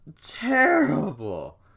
terrible